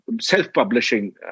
self-publishing